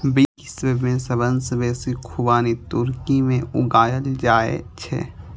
विश्व मे सबसं बेसी खुबानी तुर्की मे उगायल जाए छै